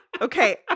Okay